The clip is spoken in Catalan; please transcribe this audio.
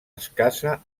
escassa